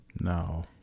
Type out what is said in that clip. No